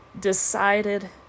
decided